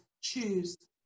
choose